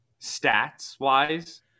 stats-wise